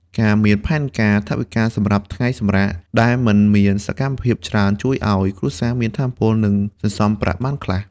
ការមានផែនការថវិកាសម្រាប់ "ថ្ងៃសម្រាក" ដែលមិនមានសកម្មភាពច្រើន ជួយឱ្យគ្រួសារមានថាមពល និងសន្សំប្រាក់បានខ្លះ។